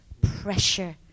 pressure